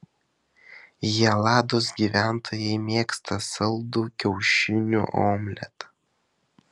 helados gyventojai mėgsta saldų kiaušinių omletą